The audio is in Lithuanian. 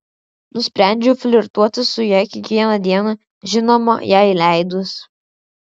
nusprendžiau flirtuoti su ja kiekvieną dieną žinoma jai leidus